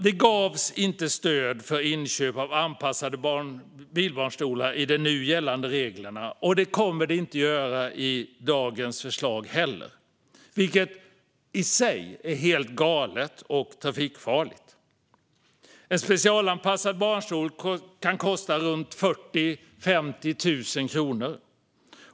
Det ges inte stöd för inköp av anpassade bilbarnstolar i de nu gällande reglerna, och det kommer det inte att göra i dagens förslag heller. Det är i sig helt galet och trafikfarligt. En specialanpassad barnstol kan kosta 40 000-50 000 kronor.